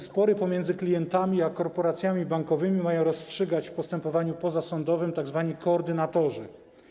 Spory pomiędzy klientami a korporacjami bankowymi mają rozstrzygać w postępowaniu pozasądowym tzw. koordynatorzy.